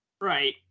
Right